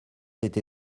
été